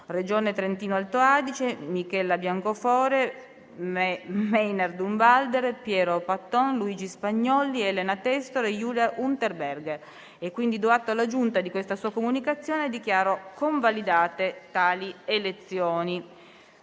Regione Trentino-Alto Adige: Michaela Biancofiore, Meinhard Durnwalder, Pietro Patton, Luigi Spagnolli, Elena Testor e Julia Unterberger. Do atto alla Giunta di questa sua comunicazione e dichiaro convalidate tali elezioni.